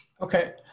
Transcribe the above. Okay